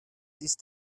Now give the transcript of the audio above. ist